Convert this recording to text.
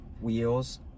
Wheels